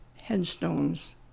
headstones